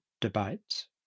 debates